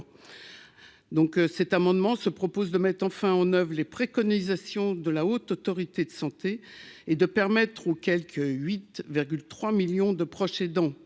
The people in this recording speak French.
cet amendement se propose de mettre enfin en oeuvre les préconisations de la Haute autorité de santé et de permettre aux quelque 8 virgule 3 millions de proche aidant